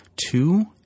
two